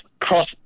cross